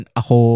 ako